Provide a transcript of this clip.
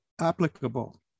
applicable